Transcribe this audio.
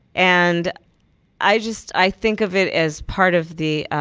and i just i think of it as part of the